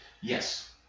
Yes